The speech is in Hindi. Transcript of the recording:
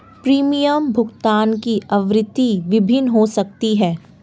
प्रीमियम भुगतान की आवृत्ति भिन्न हो सकती है